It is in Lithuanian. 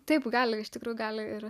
taip gali iš tikrųjų gali ir